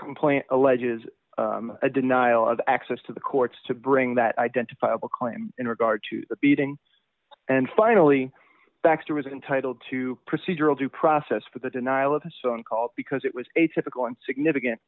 complaint alleges a denial of access to the courts to bring that identifiable claim in regard to the beating and finally baxter was entitled to procedural due process for the denial of a song called because it was atypical and significant